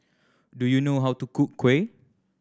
do you know how to cook kuih